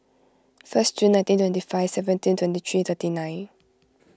first June nineteen twenty five seventeen twenty three thirty nine